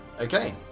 Okay